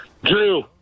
Drew